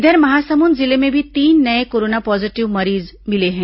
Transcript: इधर महासमुंद जिले में भी तीन नये कोरोना पॉजिटिव मरीज मिले हैं